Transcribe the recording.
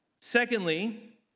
secondly